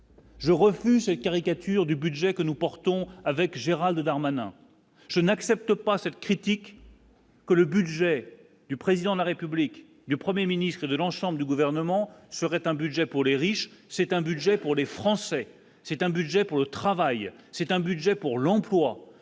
Je refuse ces caricatures du budget que nous portons avec Gérald Darmanin je n'accepte pas cette critique. Que le budget du président de la République du 1er ministre de l'ensemble du gouvernement serait un budget pour les riches, c'est un budget pour les Français, c'est un budget pour le travail, c'est un budget pour l'emploi